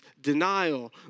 denial